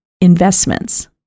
Investments